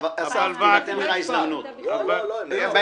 אסף, תינתן לך הזדמנות בהמשך.